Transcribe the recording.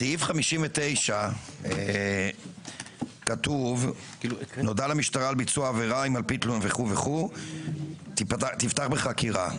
בסעיף 59 כתוב: נודע למשטרה על ביצוע עבירה וכו' תפתח בחקירה,